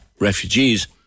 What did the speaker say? refugees